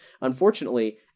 Unfortunately